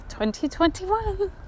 2021